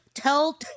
Tell